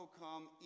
come